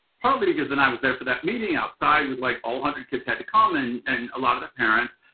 partly because then i was there for that meeting outside with like all hundred kids had to come and and a lot of their parents.